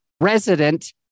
resident